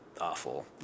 awful